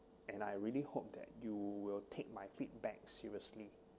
and I really hope that you will take my feedback seriously